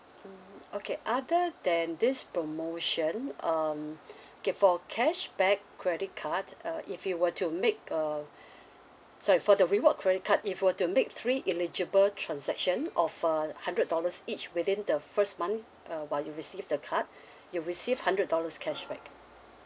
mm okay other than this promotion um okay for cashback credit card uh if you were to make uh sorry for the reward credit card if were to make three eligible transaction of uh hundred dollars each within the first month uh while you receive the card you receive hundred dollars cashback